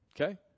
Okay